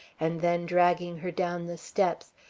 and then dragging her down the steps,